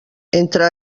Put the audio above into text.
entre